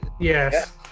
Yes